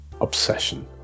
obsession